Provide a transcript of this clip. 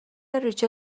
ریچل